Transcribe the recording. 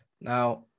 Now